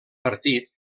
partit